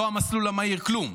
לא המסלול המהיר, כלום.